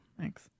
Thanks